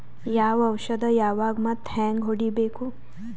ಯಾವ ಔಷದ ಯಾವಾಗ ಮತ್ ಹ್ಯಾಂಗ್ ಹೊಡಿಬೇಕು?